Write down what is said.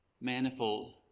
Manifold